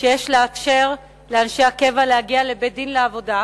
שיש לאפשר לאנשי הקבע להגיע לבית-דין לעבודה,